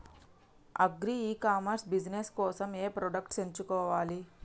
Agri e commerce business కోసము ఏ products ఎంచుకోవాలి?